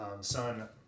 son